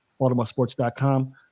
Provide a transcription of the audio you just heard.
BaltimoreSports.com